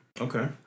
Okay